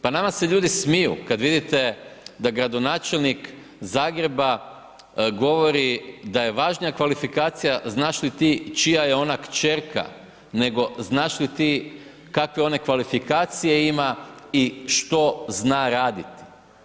Pa nama se ljudi smiju, kada vidite da gradonačelnik Zagreba govori da je važnija kvalifikacija, znaš li ti čija je ona kćerka nego znaš li ti kakve ona kvalifikacije ima i što zna raditi.